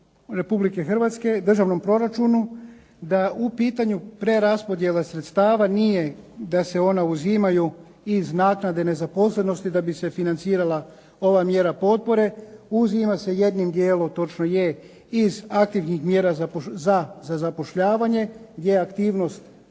Republike Hrvatske, državnom proračunu da u pitanju preraspodjele sredstava nije da se ona uzimaju iz naknade nezaposlenosti da bi se financirala ova mjera potpore. Uzima se jednim dijelom, točno je iz aktivnih mjera za zapošljavanje gdje aktivnost,